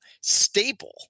staple